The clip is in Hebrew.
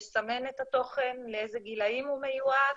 לסמן את התוכן לאיזה גילאים הוא מיועד